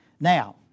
Now